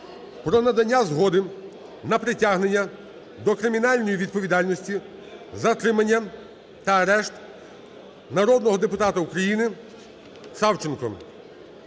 про надання згоди на притягнення до кримінальної відповідальності, затримання та арешт народного депутата України Савченко.